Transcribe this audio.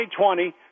2020